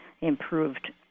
improved